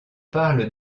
parle